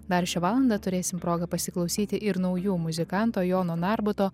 dar šią valandą turėsim progą pasiklausyti ir naujų muzikanto jono narbuto